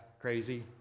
crazy